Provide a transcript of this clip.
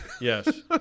Yes